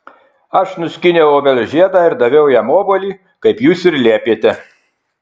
aš nuskyniau obels žiedą ir daviau jam obuolį kaip jūs ir liepėte